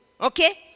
Okay